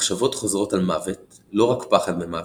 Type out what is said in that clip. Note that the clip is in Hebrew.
מחשבות חוזרת על מוות לא רק פחד ממוות,